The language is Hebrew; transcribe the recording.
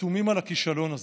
חתומים על הכישלון הזה.